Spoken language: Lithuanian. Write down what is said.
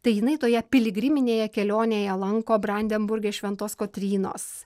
tai jinai toje piligriminėje kelionėje lanko brandenburge šventos kotrynos